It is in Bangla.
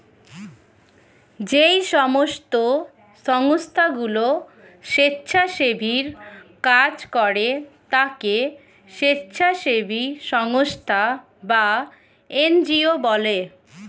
যেই সমস্ত সংস্থাগুলো স্বেচ্ছাসেবীর কাজ করে তাকে স্বেচ্ছাসেবী সংস্থা বা এন জি ও বলে